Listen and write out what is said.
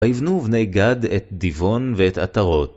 ויבנו בני גד את דיבון ואת עטרות.